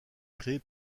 créée